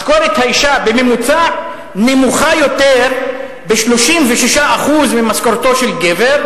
משכורת האשה בממוצע נמוכה ב-36% ממשכורתו של גבר,